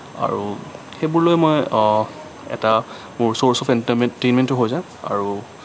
আৰু সেইবোৰ লৈ মই এটা মোৰ চ'ৰ্ছ অফ এন্টাৰটেইনমেন্টো হৈ যায় আৰু